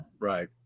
Right